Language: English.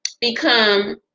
become